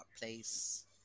place